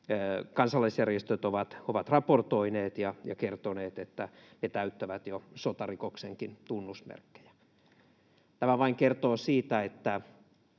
kansalaisjärjestöt ovat raportoineet ja kertoneet, että ne täyttävät jo sotarikoksenkin tunnusmerkkejä. Tämä vain kertoo siitä, että